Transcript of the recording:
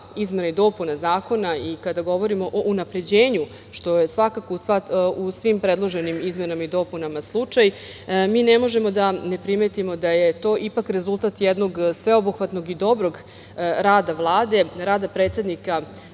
izmena i dopune zakona, kada govorimo o unapređenju, što je svakako u svim predloženim izmenama i dopunama slučaj, mi ne možemo da ne primetimo da je to ipak rezultat jednog sveobuhvatnog i dobrog rada Vlade, rada predsednika